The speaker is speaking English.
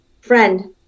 friend